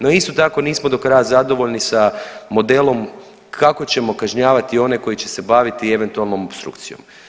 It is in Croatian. No, isto tako nismo do kraja zadovoljni sa modelom kako ćemo kažnjavati one koji će se baviti eventualnom opstrukcijom.